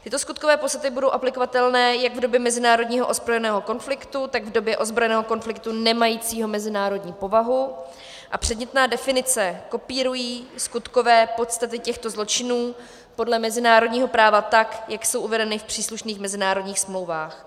Tyto skutkové podstaty budou aplikovatelné jak v době mezinárodního ozbrojeného konfliktu, tak v době ozbrojeného konfliktu nemajícího mezinárodní povahu, a předmětné definice kopírují skutkové podstaty těchto zločinů podle mezinárodního práva, tak jak jsou uvedeny v příslušných mezinárodních smlouvách.